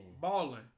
Balling